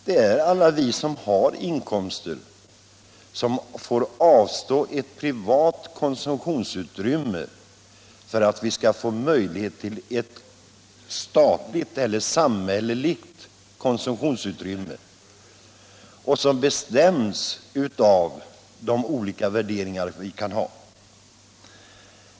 Det är alla vi som har inkomster som får avstå ett privat konsumtionsutrymme för att vi skall få möjlighet att skapa ett statligt eller samhälleligt konsumtionsutrymme som bestäms av de olika värderingar vi kan ha.